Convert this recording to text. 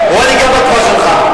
גם בתקופה שלך.